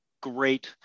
great